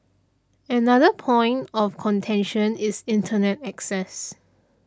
another point of contention is Internet access